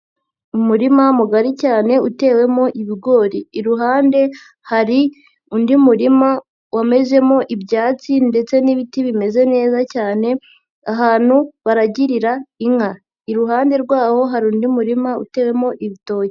Umurima mugari cyane utewemo ibigori, iruhande hari undi murima wamezemo ibyatsi ndetse n'ibiti bimeze neza cyane ahantu baragirira inka, iruhande rwawo hari undi murima utewemo ibitoki.